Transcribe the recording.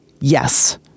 yes